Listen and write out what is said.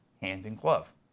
hand-in-glove